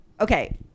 Okay